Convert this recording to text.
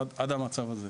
עד המצב הזה.